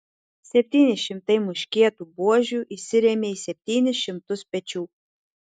septyni šimtai muškietų buožių įsirėmė į septynis šimtus pečių